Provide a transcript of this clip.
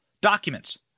documents